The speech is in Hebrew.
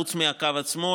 חוץ מהקו עצמו,